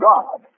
God